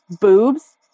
boobs